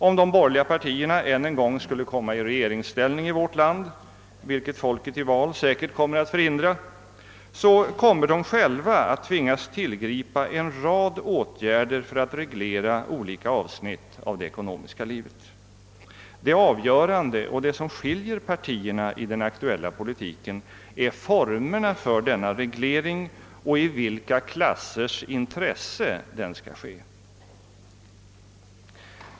Om de borgerliga partierna ännu en gång skulle komma i regeringsställning i vårt land, vilket folket i val säkert skall förhindra, skulle de själva tvingas att tillgripa en rad åtgärder för att reglera olika avsnitt av det ekonomiska livet. Det avgörande och det som skiljer partierna i den aktuella politiken gäller formerna för denna reglering och frågan i vilka klassers intresse den skall ske.